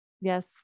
Yes